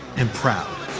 and proud.